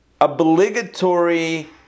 obligatory